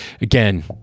again